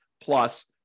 plus